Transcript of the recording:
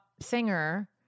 singer